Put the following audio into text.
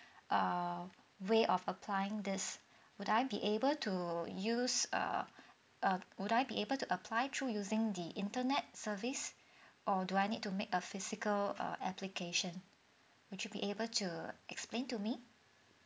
err way of applying this would I be able to use err uh would I be able to apply through using the internet service or do I need to make a physical uh application would you be able to explain to me